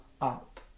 up